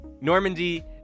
Normandy